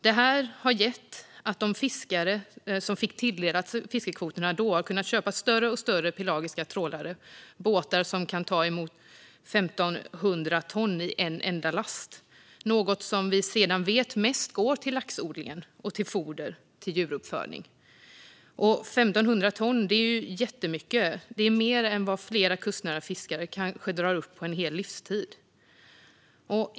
Det har gett att de fiskare som då fick tilldelat fiskekvoterna har kunnat köpa större och större pelagiska trålare. Det är båtar som kan ta 1 500 ton i en enda last. Det är något som vi sedan vet mest går till laxodlingen och till foder till djuruppfödning. 1 500 ton är jättemycket. Det är mer än vad flera kustnära fiskare kanske drar upp på en hel livstid.